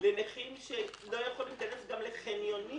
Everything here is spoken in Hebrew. לנכים שלא יכולים להיכנס גם לחניונים